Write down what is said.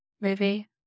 movie